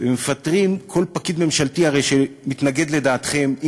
ומפטרים כל פקיד ממשלתי שמתנגד לדעתכם,